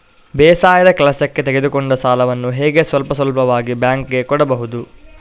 ಬೇಸಾಯದ ಕೆಲಸಕ್ಕೆ ತೆಗೆದುಕೊಂಡ ಸಾಲವನ್ನು ಹೇಗೆ ಸ್ವಲ್ಪ ಸ್ವಲ್ಪವಾಗಿ ಬ್ಯಾಂಕ್ ಗೆ ಕೊಡಬಹುದು?